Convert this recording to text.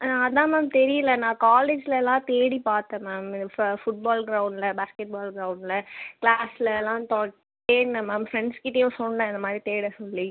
அதான் மேம் தெரியலை நான் காலேஜ்லெலாம் தேடி பார்த்தேன் மேம் ஃப ஃபுட்பால் கிரௌண்டுடில் பேஸ்கெட்பால் கிரவுண்டுடில் கிளாஸ்லெலாம் தொல தேடினேன் மேம் ஃப்ரெண்ட்ஸ் கிட்டேயும் சொன்னேன் இந்தமாதிரி தேட சொல்லி